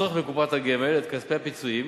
לחסוך בקופת הגמל את כספי הפיצויים